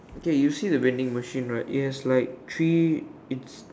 okay you see the vending machine right yes like three it's